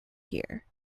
here